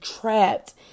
trapped